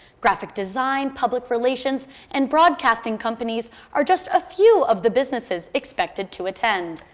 graphic design, public relations and broadcasting companies are just a few of the businesses expected to attend.